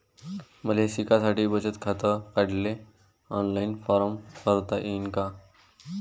मले शिकासाठी बचत खात काढाले ऑनलाईन फारम भरता येईन का?